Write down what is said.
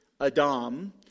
Adam